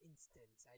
Instance